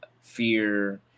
fear